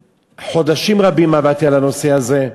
חודשים רבים עבדתי על הנושא הזה,